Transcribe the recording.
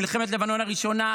מלחמת לבנון הראשונה,